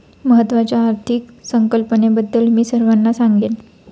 महत्त्वाच्या आर्थिक संकल्पनांबद्दल मी सर्वांना सांगेन